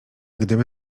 gdyby